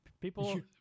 people